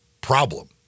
problem